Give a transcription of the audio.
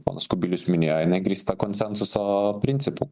ponas kubilius minėjo jinai grįsta konsensuso principu